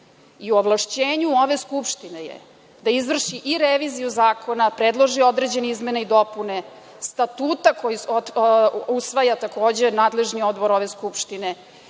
i u ovlašćenju ove Skupštine je da izvrši i reviziju ovog zakona, predloži određene izmene i dopune, statuta koji usvaja takođe nadležni odbor ove Skupštine,